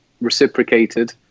reciprocated